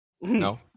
No